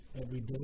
everyday